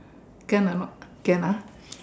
can or not can ah